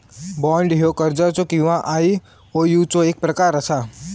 bond ह्यो कर्जाचो किंवा आयओयूचो एक प्रकार असा